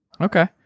Okay